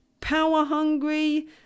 power-hungry